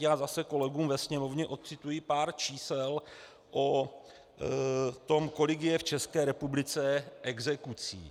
Já zase kolegům ve Sněmovně odcituji pár čísel o tom, kolik je v České republice exekucí.